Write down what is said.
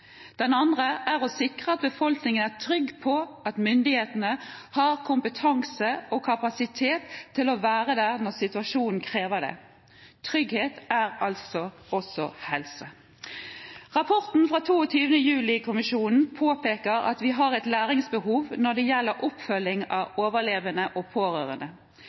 Den andre er å sikre at befolkningen er trygg på at myndighetene har kompetanse og kapasitet til å være der når situasjonen krever det. Trygghet er altså også helse. Rapporten fra 22. juli-kommisjonen påpeker at vi har et læringsbehov når det gjelder oppfølging av overlevende og pårørende,